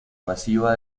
masiva